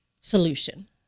solution